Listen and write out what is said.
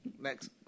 next